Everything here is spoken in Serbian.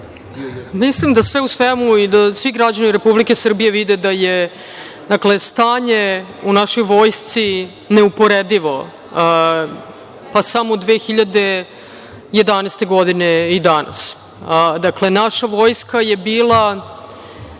kratka. Mislim da, sve u svemu, i da svi građani Republike Srbije vide da je stanje u našoj Vojsci neuporedivo, pa samo 2011. godine i danas. Dakle, naša Vojska je bila